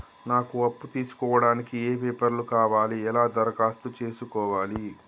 నాకు అప్పు తీసుకోవడానికి ఏ పేపర్లు కావాలి ఎలా దరఖాస్తు చేసుకోవాలి?